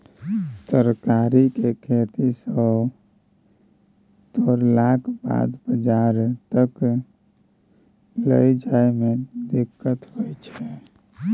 तरकारी केँ खेत सँ तोड़लाक बाद बजार तक लए जाए में दिक्कत होइ छै